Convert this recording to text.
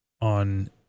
on